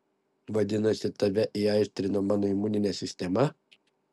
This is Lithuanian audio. vadinasi tave įaistrino mano imuninė sistema